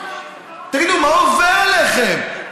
תגידו מה עובר עליכם?